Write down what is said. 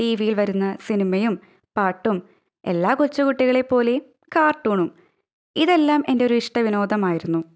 T വിയിൽ വരുന്ന സിനിമയും പാട്ടും എല്ലാ കൊച്ചുകുട്ടികളെപോലെയും കാർട്ടൂണും ഇതെല്ലാം എൻ്റെ ഒരു ഇഷ്ടവിനോദമായിരുന്നു